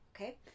okay